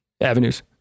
avenues